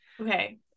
Okay